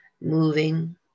moving